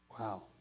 Wow